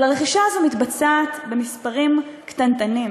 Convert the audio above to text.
אבל הרכישה הזאת מתבצעת במספרים קטנטנים,